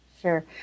Sure